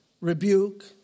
rebuke